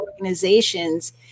organizations